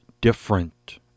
different